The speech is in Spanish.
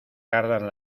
cardan